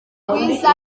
rwiza